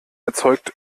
erzeugt